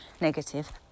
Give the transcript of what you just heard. negative